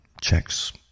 checks